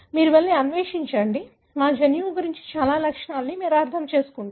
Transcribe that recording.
మీరు వెళ్లి అన్వేషించండి మా జన్యువు గురించి చాలా లక్షణాలను మీరు అర్థం చేసుకుంటారు